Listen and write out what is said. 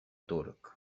turc